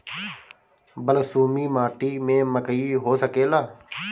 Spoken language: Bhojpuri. बलसूमी माटी में मकई हो सकेला?